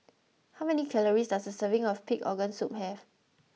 how many calories does a serving of Pig'S organ soup have